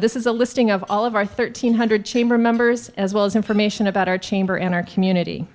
this is a listing of all of our thirteen hundred chamber members as well as information about our chamber and our community